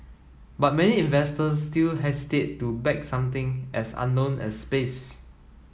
but many investors still hesitate to back something as unknown as space